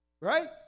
Right